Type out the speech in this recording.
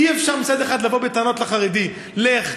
אי-אפשר מצד אחד לבוא בטענות לחרדי: לך,